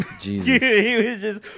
Jesus